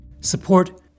Support